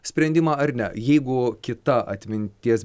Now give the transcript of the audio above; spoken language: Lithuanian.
sprendimą ar ne jeigu kita atminties